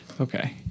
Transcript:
okay